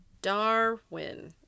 darwin